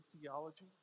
theology